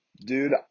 Dude